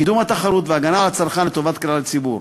קידום התחרות והגנה על הצרכן, לטובת כלל הציבור.